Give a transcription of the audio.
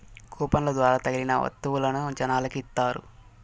కూపన్ల ద్వారా తగిలిన వత్తువులను జనాలకి ఇత్తారు